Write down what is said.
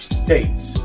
states